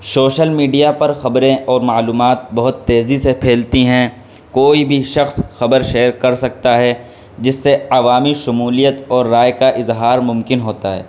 social media پر خبریں اور معلومات بہت تیزی سے پھیلتی ہیں کوئی بھی شخص خبر شیئر کر سکتا ہے جس سے عوامی شمولیت اور رائے کا اظہار ممکن ہوتا ہے